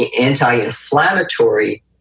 anti-inflammatory